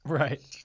right